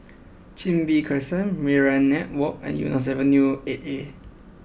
Chin Bee Crescent Minaret Walk and Eunos Avenue Eight A